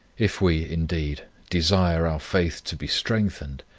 if we, indeed, desire our faith to be strengthened,